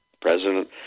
President